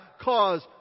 cause